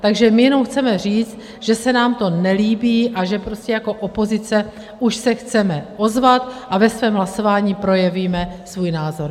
Takže my jenom chceme říct, že se nám to nelíbí, a že prostě jako opozice už se chceme ozvat a ve svém hlasování projevíme svůj názor.